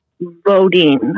voting